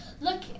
look